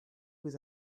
with